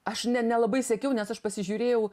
aš ne nelabai sekiau nes aš pasižiūrėjau